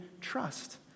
trust